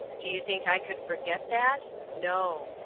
do you think i could forget that? no.